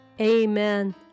amen